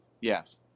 Yes